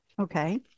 Okay